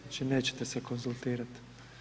Znači nećete se konzultirati.